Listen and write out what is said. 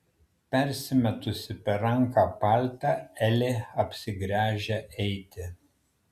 persimetusi per ranką paltą elė apsigręžia eiti